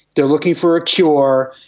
they are looking for a cure,